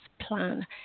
plan